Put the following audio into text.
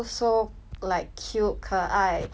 but then my my mother say like 我连